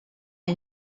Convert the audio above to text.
une